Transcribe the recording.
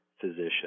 physician